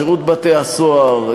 שירות בתי-הסוהר,